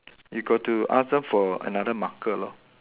you got to ask them for another marker lor